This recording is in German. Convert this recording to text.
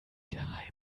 geheim